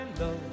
love